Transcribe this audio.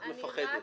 את מפחדת.